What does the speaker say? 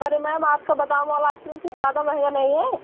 अरे मैम आपका बादाम बाला आइस क्रीम कुछ ज़्यादा महँगा नहीं है